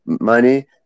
money